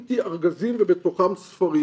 'ראיתי ארגזים ובתוכם ספרים'.